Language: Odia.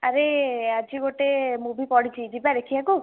ଆରେ ଆଜି ଗୋଟେ ମୁଭି ପଡିଛି ଯିବା ଦେଖିବାକୁ